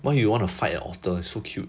why you want to fight an otter so cute